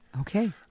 Okay